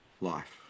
life